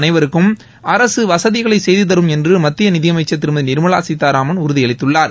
அனைவருக்கும் அரசு வசதிகளை செய்து தரும் என்று மத்திய நிதியமைச்சர் திருமதி நிர்மலா சீதாராமன் உறுதியளித்துள்ளார்